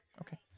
Okay